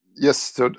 Yes